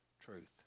Truth